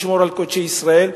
לשמור על קודשי ישראל,